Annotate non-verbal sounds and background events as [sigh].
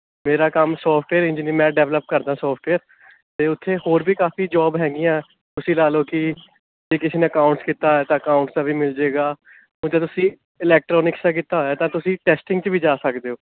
ਮੇਰਾ ਕੰਮ ਸੋੇਫਟਵੇਅਰ [unintelligible] ਮੈਂ ਡੈਵਲਪ ਕਰਦਾ ਸੋਫਟਵੇਅਰ ਅਤੇ ਉੱਥੇ ਹੋਰ ਵੀ ਕਾਫੀ ਜੋਬ ਹੈਗੀਆਂ ਤੁਸੀਂ ਲਾ ਲਉ ਕਿ ਜੇ ਕਿਸੇ ਨੇ ਅਕਾਉਂਟਸ ਕੀਤਾ ਤਾਂ ਅਕਾਉਂਟਸ ਦਾ ਵੀ ਮਿਲ ਜਾਵੇਗਾ [unintelligible] ਤੁਸੀਂ ਇਲੈਕਟ੍ਰੋਨਿਕਸ ਦਾ ਕੀਤਾ ਹੋਇਆ ਤਾਂ ਤੁਸੀਂ ਟੈਸਟਿੰਗ 'ਚ ਵੀ ਜਾ ਸਕਦੇ ਹੋ